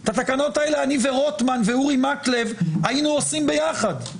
את התקנות האלה אני ורוטמן ואורי מקלב היינו עושים ביחד,